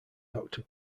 doctor